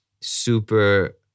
super